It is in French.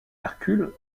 hercule